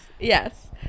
yes